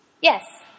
Yes